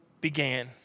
began